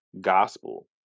gospel